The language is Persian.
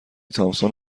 تامسون